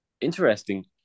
interesting